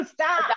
Stop